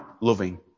loving